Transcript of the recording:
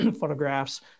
Photographs